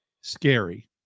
scary